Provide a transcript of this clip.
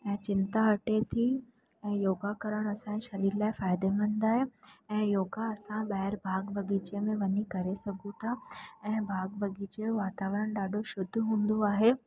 ऐं चिंता हटे थी ऐं योगा करण असांजे शरीर लाइ फ़ाइदेमंदु आहे ऐं योगा सां ॿाहिरि बाग बगीचे में वञी करे सघूं था ऐं बाग बगीचे जो वातावरण ॾाढो शुद्ध हूंदो आहे